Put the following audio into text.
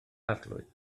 arglwydd